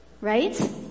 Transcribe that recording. right